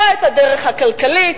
לא את הדרך הכלכלית,